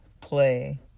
play